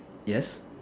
yes